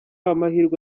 amahirwe